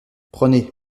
prenez